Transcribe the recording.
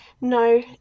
No